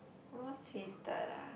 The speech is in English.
most hated lah